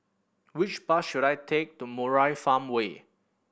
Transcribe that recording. which bus should I take to Murai Farmway